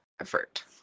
effort